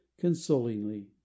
consolingly